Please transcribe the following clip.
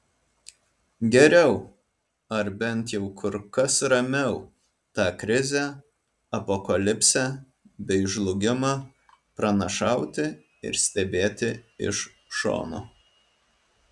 geriau ar bent jau kur kas ramiau tą krizę apokalipsę bei žlugimą pranašauti ir stebėti iš šono